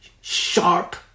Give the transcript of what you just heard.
sharp